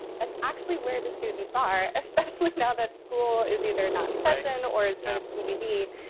that's actually where the students are, especially now that school is either not in session or is sort of tbd.